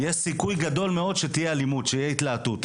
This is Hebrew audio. יש סיכוי גדול מאוד שתהיה אלימות והתלהטות.